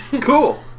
Cool